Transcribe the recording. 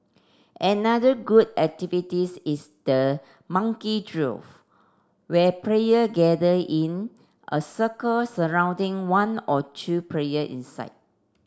another good activities is the monkey drill where player gather in a circle surrounding one or two player inside